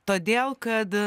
todėl kad